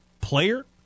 player